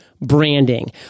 branding